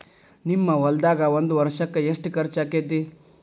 ನಿಮ್ಮ ಹೊಲ್ದಾಗ ಒಂದ್ ವರ್ಷಕ್ಕ ಎಷ್ಟ ಖರ್ಚ್ ಆಕ್ಕೆತಿ?